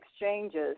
exchanges